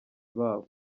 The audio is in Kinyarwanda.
babo